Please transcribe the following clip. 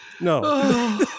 No